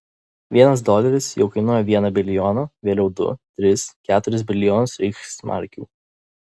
vienas doleris jau kainuoja vieną bilijoną vėliau du tris keturis bilijonus reichsmarkių